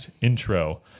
intro